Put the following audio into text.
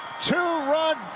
Two-run